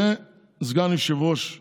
וסגן יושב-ראש אחד.